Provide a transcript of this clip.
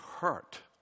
hurt